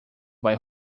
vai